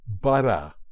butter